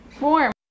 warm